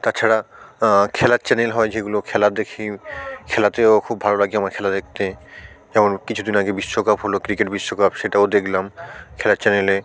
তাছাড়া খেলার চ্যানেল হয় যেগুলো খেলা দেখি খেলাতেও খুব ভালো লাগে আমার খেলা দেখতে যেমন কিছু দিন আগে বিশ্বকাপ হলো ক্রিকেট বিশ্বকাপ সেটাও দেখলাম খেলার চ্যানেলে